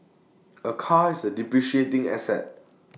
A car is depreciating asset